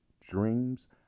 dreams